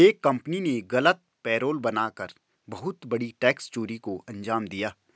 एक कंपनी ने गलत पेरोल बना कर बहुत बड़ी टैक्स चोरी को अंजाम दिया